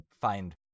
find